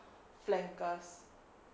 flank us